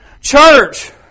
church